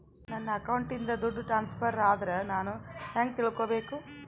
ನನ್ನ ಅಕೌಂಟಿಂದ ದುಡ್ಡು ಟ್ರಾನ್ಸ್ಫರ್ ಆದ್ರ ನಾನು ಹೆಂಗ ತಿಳಕಬೇಕು?